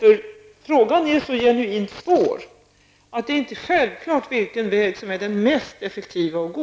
Frågan är så genuint svår att det inte är självklart vilken väg som är den mest effektiva att gå.